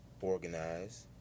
organize